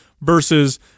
Versus